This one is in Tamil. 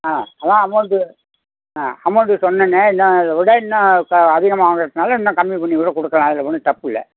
ஆ அதுதான் அமௌண்ட்டு ஆ அமௌண்ட்டு சொன்னனே இன்னும் அதை விட இன்னும் க அதிகமாக வாங்கிறதுனால இன்னும் கம்மி பண்ணி கூட கொடுக்கலாம் அதில் ஒன்றும் தப்பு இல்லை